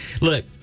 look